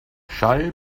schall